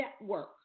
network